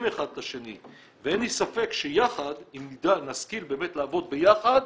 אחד את השני ואין לי ספק שאם נדע ונשכיל באמת לעבוד ביחד,